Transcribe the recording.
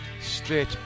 straight